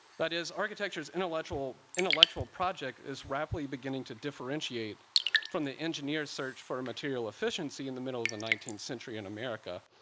that is, architecture's intellectual intellectual project is rapidly beginning to differentiate from the engineers search for material efficiency in the middle of the nineteenth century in america,